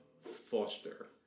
Foster